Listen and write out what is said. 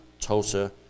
Tulsa